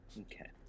Okay